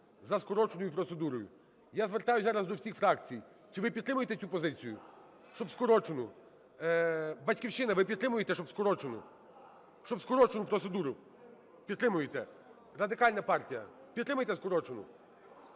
за скороченою процедурою. Я звертаюсь зараз до всіх фракцій: чи ви підтримуєте цю позицію, щоб скорочену? "Батьківщина", ви підтримуєте, щоб скорочену? Щоб скорочену процедуру? Підтримуєте. Радикальна партія, підтримуєте скорочену?